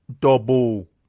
double